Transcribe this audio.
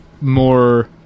more